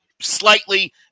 slightly